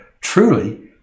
truly